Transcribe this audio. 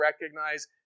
recognize